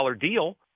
deal